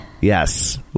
Yes